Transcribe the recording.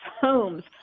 homes